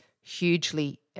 hugely